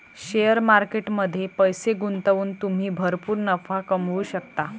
share market मध्ये पैसे गुंतवून तुम्ही भरपूर नफा कमवू शकता